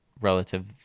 relative